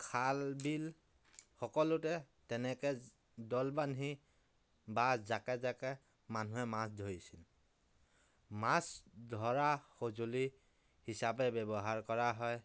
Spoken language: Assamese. খাল বিল সকলোতে তেনেকে দল বান্ধি বা জাকে জাকে মানুহে মাছ ধৰিছিল মাছ ধৰা সঁজুলি হিচাপে ব্য়ৱহাৰ কৰা হয়